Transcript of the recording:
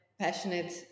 passionate